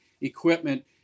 equipment